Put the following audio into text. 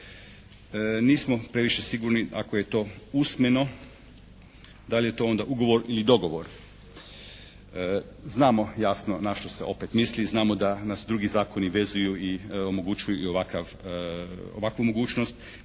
Nismo previše sigurni ako je to usmeno da li je to onda ugovor ili dogovor. Znamo jasno na što se opet misli i znamo da nas drugi zakoni vezuju i omogućuju i ovakvu mogućnost.